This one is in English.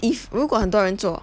if 如果很多人做